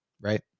Right